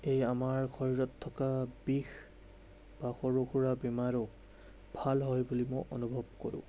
এই আমাৰ শৰীৰত থকা বিষ বা সৰু সুৰা বেমাৰো ভাল হয় বুলি মই অনুভৱ কৰোঁ